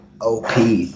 OP